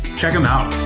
check em out.